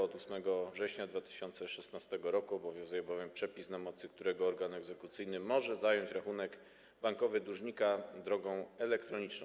Od 8 września 2016 r. obowiązuje bowiem przepis, na mocy którego organ egzekucyjny może zająć rachunek bankowy dłużnika drogą elektroniczną.